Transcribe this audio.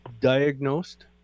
diagnosed